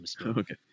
Okay